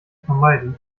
vermeiden